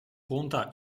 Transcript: conta